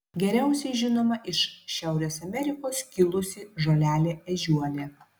geriausiai žinoma iš šiaurės amerikos kilusi žolelė ežiuolė